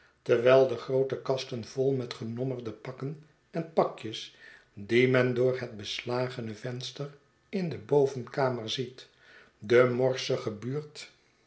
terwijl de groote kasten vol met genommerde pakken en pakjes die men door het beslagene venster in de bovenkamer ziet de morsige buurt